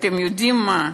ואתם יודעים מה,